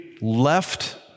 left